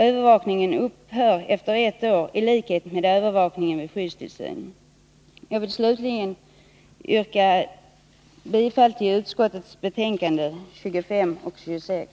Övervakningen upphör efter ett år i likhet med övervakningen vid skyddstillsyn. Jag yrkar bifall till utskottet hemställan i betänkandena 25 och 26.